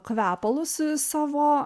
kvepalus savo